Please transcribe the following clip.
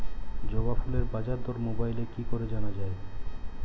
জবা ফুলের বাজার দর মোবাইলে কি করে জানা যায়?